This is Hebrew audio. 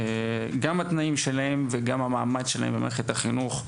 גם התנאים שלהם וגם המעמד שלהם במערכת החינוך,